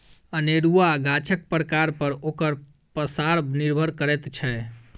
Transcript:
अनेरूआ गाछक प्रकार पर ओकर पसार निर्भर करैत छै